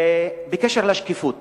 ובקשר לשקיפות,